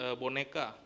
boneka